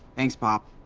thanks pop.